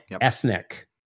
ethnic